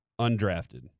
undrafted